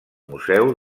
museu